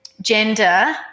gender